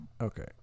Okay